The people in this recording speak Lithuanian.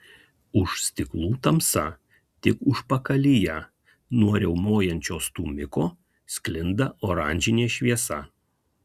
už stiklų tamsa tik užpakalyje nuo riaumojančio stūmiko sklinda oranžinė šviesa